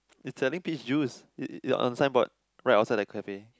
it's selling peach juice it it on the sign board right outside the cafe